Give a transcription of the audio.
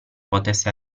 potesse